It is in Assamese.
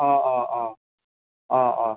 অঁ অঁ অঁ অঁ অঁ